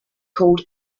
called